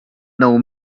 know